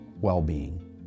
well-being